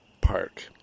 park